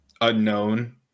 unknown